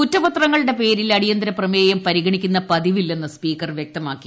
കുറ്റപത്രങ്ങളുടെ പേരിൽ അടിയന്തരപ്രമേയം പരിഗണിക്കുന്ന പതിവില്ലെന്ന് സ്പീക്കർ വ്യക്തമാക്കി